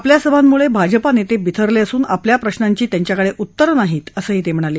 आपल्या सभांमुळे भाजप नेते बिथरले असून आपल्या प्रशांची त्यांच्याकडे उत्तर नाहीत असंही ते म्हणाले